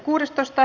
asia